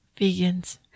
Vegans